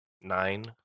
nine